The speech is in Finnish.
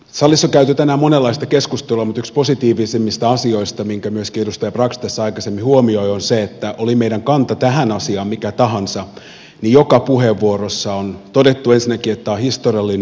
salissa on käyty tänään monenlaista keskustelua mutta yksi positiivisimmista asioista minkä myöskin edustaja brax tässä aikaisemmin huomioi on se että oli meidän kanta tähän asiaan mikä tahansa niin joka puheenvuorossa on todettu ensinnäkin että tämä on historiallinen ja tärkeä hetki